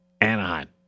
Anaheim